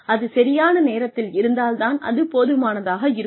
அது சரியான நேரத்தில் இருந்தால் தான் அது போதுமானதாக இருக்கும்